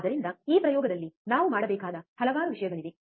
ಆದ್ದರಿಂದ ಈ ಪ್ರಯೋಗದಲ್ಲಿ ನಾವು ಮಾಡಬೇಕಾದ ಹಲವಾರು ವಿಷಯಗಳಿವೆ